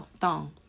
thong